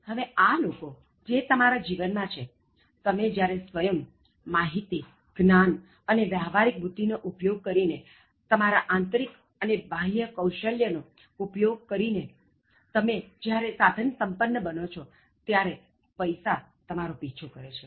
હવે આ લોકો જે તમારા જીવન માં છે તમે જ્યારે સ્વયં માહિતી જ્ઞાન અને વ્યાવહારિક બુદ્ધિ નો ઉપયોગ કરીને તમારા આંતરિક અને બાહ્ય કૌશલ્ય નો ઉપયોગ કરીને સાધન સંપન્ન બનાવી દો છો ત્યારે પૈસા તમારો પીછો કરે છે